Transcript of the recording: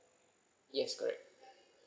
yes correct